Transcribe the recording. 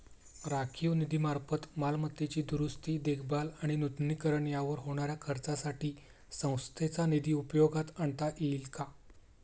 राखीव निधीमार्फत मालमत्तेची दुरुस्ती, देखभाल आणि नूतनीकरण यावर होणाऱ्या खर्चासाठी संस्थेचा निधी उपयोगात आणता येईल का?